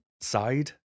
side